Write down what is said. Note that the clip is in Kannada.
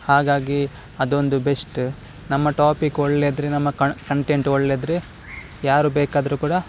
ಹಾಗಾಗಿ ಅದೊಂದು ಬೆಸ್ಟ್ ನಮ್ಮ ಟಾಪಿಕ್ ಒಳ್ಳೆ ಇದ್ರೆ ನಮ್ಮ ಕ ಕಂಟೆಂಟ್ ಒಳ್ಳೆ ಇದ್ದರೆ ಯಾರು ಬೇಕಾದ್ರೂ ಕೂಡ